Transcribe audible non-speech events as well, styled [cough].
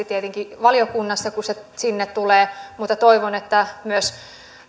[unintelligible] tietenkin valiokunnassa kun tämä sinne tulee mutta toivon että myös